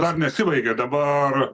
dar nesibaigė dabar